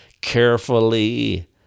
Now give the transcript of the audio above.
carefully